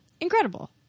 Incredible